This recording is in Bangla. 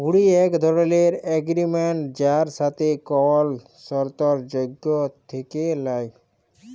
হুঁড়ি এক ধরলের এগরিমেনট যার সাথে কল সরতর্ যোগ থ্যাকে ল্যায়